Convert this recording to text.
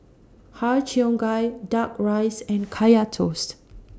Har Cheong Gai Duck Rice and Kaya Toast